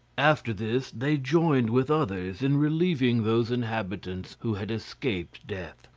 after this they joined with others in relieving those inhabitants who had escaped death.